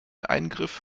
eingriff